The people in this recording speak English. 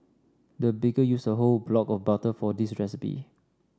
the baker used a whole block of butter for this recipe